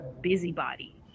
busybody